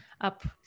up